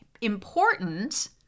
important